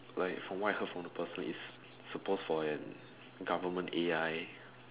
like from what I heard from the person it's suppose for an government A_I